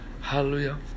Hallelujah